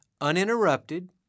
uninterrupted